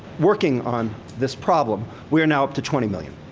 working on this problem, we are now up to twenty million.